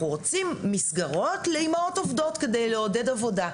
אנחנו רוצים מסגרות לאימהות עובדות כדי לעודד עבודה,